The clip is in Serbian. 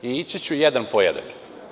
Ići ću jedan po jedan.